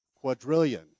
quadrillion